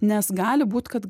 nes gali būt kad